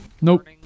nope